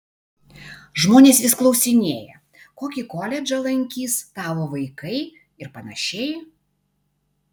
žmonės vis klausinėja kokį koledžą lankys tavo vaikai ir panašiai